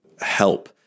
help